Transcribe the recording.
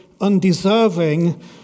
undeserving